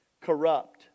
corrupt